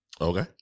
Okay